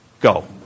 Go